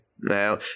Now